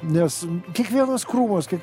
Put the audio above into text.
nes kiekvienas krūmas kaip